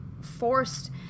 forced